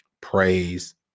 praise